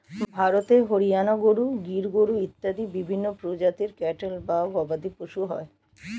ভারতে হরিয়ানা গরু, গির গরু ইত্যাদি বিভিন্ন প্রজাতির ক্যাটল বা গবাদিপশু হয়